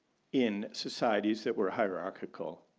in societies that were hierarchical,